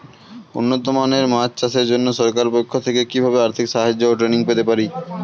উন্নত মানের মাছ চাষের জন্য সরকার পক্ষ থেকে কিভাবে আর্থিক সাহায্য ও ট্রেনিং পেতে পারি?